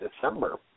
December